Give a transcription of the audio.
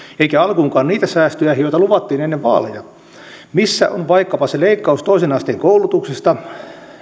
eikä alkuunkaan niitä säästöjä joita luvattiin ennen vaaleja missä on vaikkapa se leikkaus toisen asteen koulutuksesta